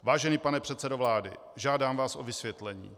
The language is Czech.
Vážený pane předsedo vlády, žádám vás o vysvětlení.